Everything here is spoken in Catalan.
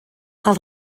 els